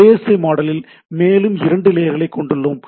OSI மாடலில் மேலும் இரண்டு லேயர்களைக் கொண்டுள்ளோம்